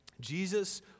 Jesus